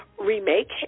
remake